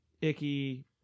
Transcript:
Icky